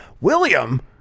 William